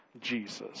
Jesus